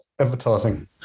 Advertising